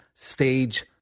stage